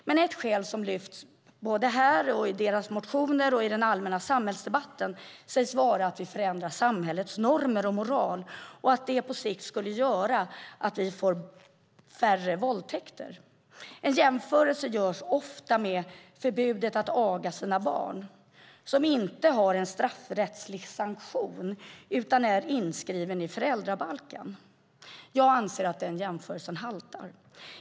Men ett skäl som lyfts här, i deras motioner och i den allmänna samhällsdebatten är att vi då skulle förändra samhällets normer och moral och att det på sikt skulle göra att vi får färre våldtäkter. En jämförelse görs ofta med förbudet att aga sina barn, som inte har en straffrättslig sanktion utan är inskrivet i föräldrabalken. Jag anser att den jämförelsen haltar.